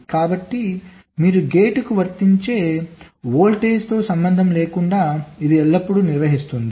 కాబట్టి మీరు గేట్కు వర్తించే వోల్టేజ్తో సంబంధం లేకుండా ఇది ఎల్లప్పుడూ నిర్వహిస్తుంది